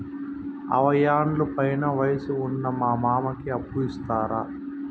అరవయ్యేండ్ల పైన వయసు ఉన్న మా మామకి అప్పు ఇస్తారా